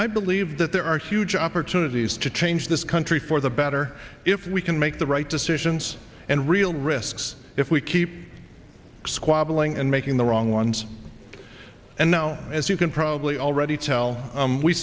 leave that there are huge opportunities to change this country for the better if we can make the right decisions and real risks if we keep squabbling and making the wrong ones and now as you can probably already tell